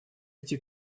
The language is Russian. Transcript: эти